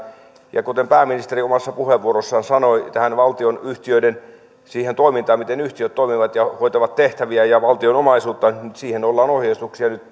ja kuten pääministeri omassa puheenvuorossaan sanoi tähän valtionyhtiöiden toimintaan miten yhtiöt toimivat ja hoitavat tehtäviään ja valtion omaisuutta ollaan ohjeistuksia nyt